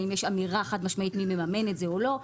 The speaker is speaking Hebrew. האם יש אמירה חד משמעית מי מממן את זה או לא.